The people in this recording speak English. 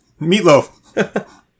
meatloaf